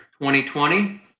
2020